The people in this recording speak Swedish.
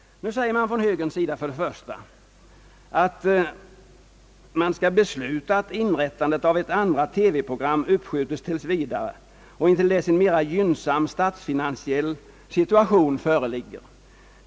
Nu sägs det från högerns sida för det första att man skall besluta att inrättandet av ett andra TV-program skjutes något fram i tiden intill dess en mera gynnsam ekonomisk situation föreligger.